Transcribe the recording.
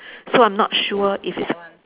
so I'm not sure if it's